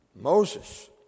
moses